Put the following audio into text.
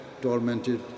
tormented